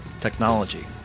technology